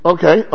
Okay